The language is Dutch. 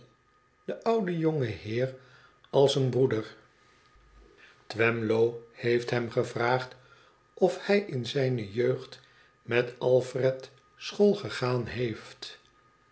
de oude jonge heer als een broeder twemlow heeft hem gevraagd of hij in zijne jeugd met alfred schoolgegaan heeft